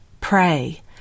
pray